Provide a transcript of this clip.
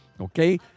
Okay